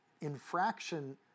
infraction